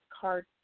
card